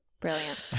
brilliant